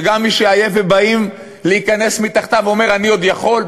שגם מי שעייף ובאים להיכנס מתחתיו אומר: אני עוד יכול.